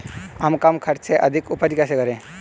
हम कम खर्च में अधिक उपज कैसे करें?